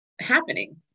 happening